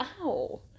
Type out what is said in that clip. Ow